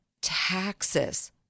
taxes